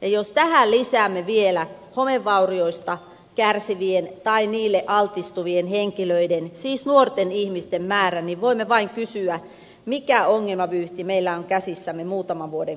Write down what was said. ja jos tähän lisäämme vielä homevaurioista kärsivien tai niille altistuvien henkilöiden siis nuorten ihmisten määrän niin voimme vain kysyä mikä ongelmavyyhti meillä on käsissämme muutaman vuoden kuluttua